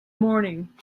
morning